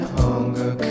hunger